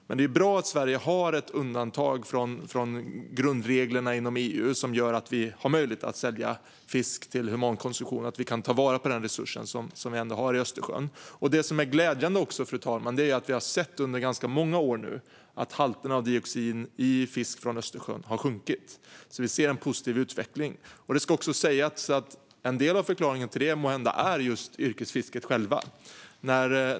Det är dock bra att Sverige har ett undantag från grundreglerna inom EU, vilket gör att vi har möjlighet att sälja fisk till humankonsumtion och att vi kan ta vara på den resurs vi ändå har i Östersjön. Det som också är glädjande, fru talman, är att vi under ganska många år har sett att halterna av dioxin i fisk från Östersjön har sjunkit. Vi ser alltså en positiv utveckling. Det ska också sägas att en del av förklaringen till det måhända är just yrkesfisket.